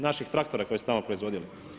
Naših traktora koji su se tamo proizvodili?